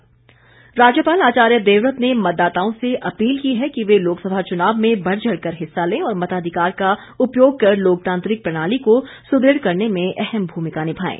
राज्यपाल राज्यपाल आचार्य देवव्रत ने मतदाताओं से अपील की है कि वे लोकसभा चुनाव में बढ़चढ़ कर हिस्सा लें और मताधिकार का उपयोग कर लोकतांत्रिक प्रणाली को सुदृढ़ करने में अहम भूमिका निभाएं